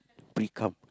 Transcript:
Precum